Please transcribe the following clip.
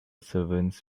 servants